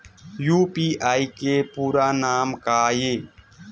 UPI के पूरा नाम का ये?